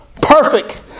Perfect